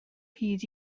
hyd